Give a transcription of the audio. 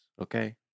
Okay